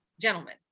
gentlemen